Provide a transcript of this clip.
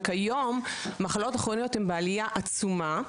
וכיום המחלות הכרוניות הן בעלייה עצומה,